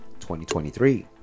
2023